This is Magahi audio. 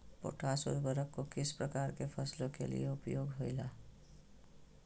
पोटास उर्वरक को किस प्रकार के फसलों के लिए उपयोग होईला?